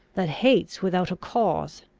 that hates without a cause,